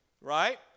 right